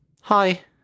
Hi